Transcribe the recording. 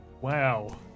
Wow